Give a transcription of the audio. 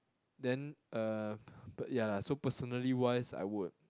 then uh but ya lah so personally wise I would